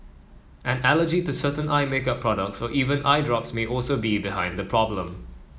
an allergy to certain eye makeup products or even eye drops may also be behind the problem